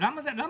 למה זה?